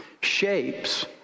shapes